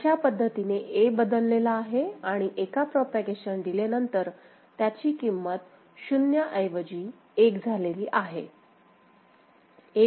अशा पद्धतीने A बदललेला आहे आणि एका प्रोपागेशन डीले नंतर त्याची किंमत 0 ऐवजी 1 झालेली आहे